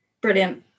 Brilliant